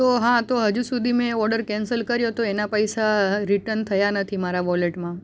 તો હા તો હજુ સુધી મેં ઓડર કેન્સલ કર્યો તો એના પૈસા રિટન થયા નથી મારા વૉલેટમાં